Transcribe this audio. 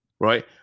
Right